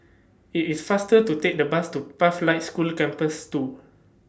IT IS faster to Take The Bus to Pathlight School Campus two